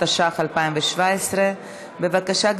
התשע"ח 2017. בבקשה,